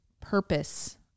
purpose